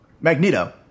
Magneto